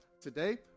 today